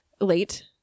late